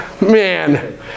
Man